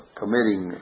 committing